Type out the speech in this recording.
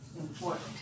important